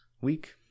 week